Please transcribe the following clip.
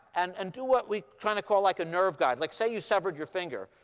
and and do what we're trying to call like a nerve guide. like say you severed your finger.